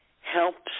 helps